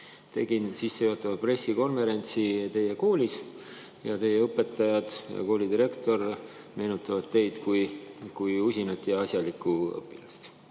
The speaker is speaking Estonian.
tegin sissejuhatava pressikonverentsi teie koolis. Teie õpetajad ja koolidirektor meenutavad teid kui usinat ja asjalikku õpilast. Ma